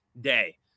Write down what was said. day